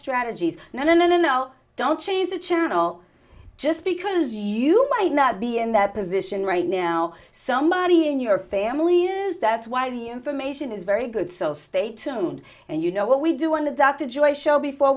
strategies no no no no no don't change the channel just because you might not be in that position right now somebody in your family is that's why the information is very good so stay tuned and you know what we do on the dr joy show before